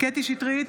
קטי קטרין שטרית,